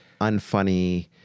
unfunny